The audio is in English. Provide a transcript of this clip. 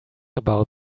about